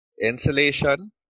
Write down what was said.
insulation